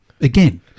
again